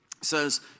says